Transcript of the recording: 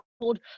called